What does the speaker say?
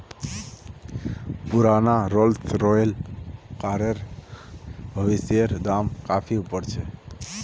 पुराना Rolls Royce कारेर भविष्येर दाम काफी ऊपर छे